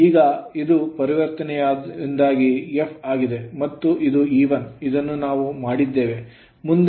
ಈಗ ಇದು ಪರಿವರ್ತನೆಯಿಂದಾಗಿ f ಆಗಿದೆ ಮತ್ತು ಇದು E1 ಇದನ್ನು ನಾವು ಮಾಡಿದ್ದೇವೆ